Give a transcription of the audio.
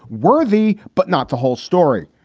worthy, but not the whole story.